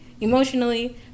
emotionally